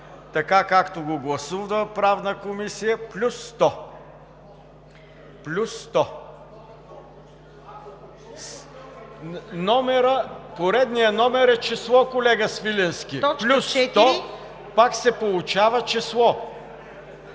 „така, както го гласува Правната комисия, плюс 100“. Поредният номер е число, колега Свиленски. Плюс 100 пак се получава число.